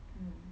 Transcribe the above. mm